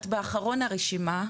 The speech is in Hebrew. אחרונה ברשימה,